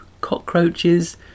cockroaches